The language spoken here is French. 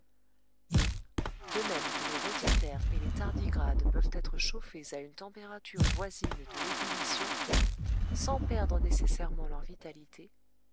et de même que les rotifères et les tardigrades peuvent être chauffés à une température voisine de l'ébullition sans perdre nécessairement leur vitalité